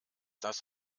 das